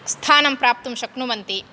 स्थानं प्राप्तुं शक्नुवन्ति